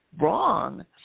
wrong